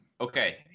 Okay